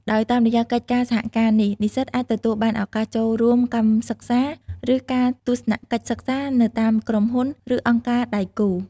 ដោយ តាមរយៈកិច្ចសហការនេះ និស្សិតអាចទទួលបានឱកាសចូលរួមកម្មសិក្សា ឬការទស្សនកិច្ចសិក្សានៅតាមក្រុមហ៊ុន និងអង្គការដៃគូ។